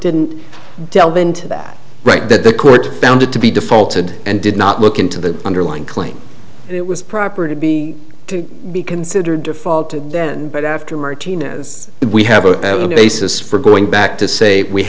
didn't delve into that right that the court found it to be defaulted and did not look into the underlying claim it was proper to be to be considered default then but after martinez we have a basis for going back to say we